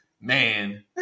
Man